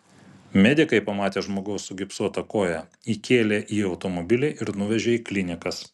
medikai pamatę žmogaus sugipsuotą koją įkėlė į automobilį ir nuvežė į klinikas